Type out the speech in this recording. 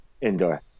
indoor